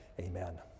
Amen